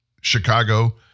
Chicago